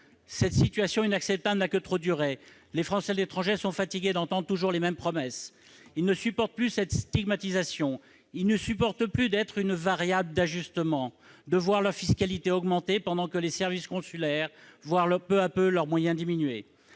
Cette situation inacceptable n'a que trop duré. Les Français de l'étranger sont fatigués d'entendre toujours les mêmes promesses. Ils ne supportent plus cette stigmatisation, ils ne supportent plus d'être une variable d'ajustement, de voir leur fiscalité augmenter pendant que les services consulaires voient peu à peu leurs moyens diminuer.